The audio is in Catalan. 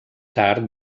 tard